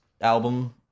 album